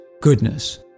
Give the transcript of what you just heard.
goodness